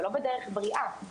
אבל לא בדרך שהיא בריאה,